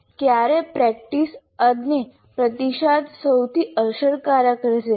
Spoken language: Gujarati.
ક્યારે પ્રેક્ટિસ અને પ્રતિસાદ સૌથી અસરકારક રહેશે